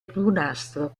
brunastro